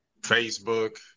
Facebook